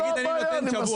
תגידו שנותנים שבוע.